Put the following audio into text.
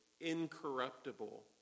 incorruptible